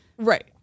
Right